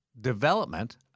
development